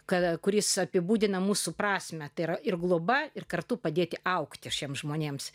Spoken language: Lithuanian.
kada kuris apibūdina mūsų prasmę tai yra ir globa ir kartu padėti augti šiems žmonėms